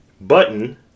button